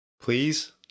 please